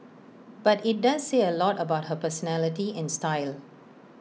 but IT does say A lot about her personality and style